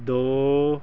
ਦੋ